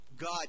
God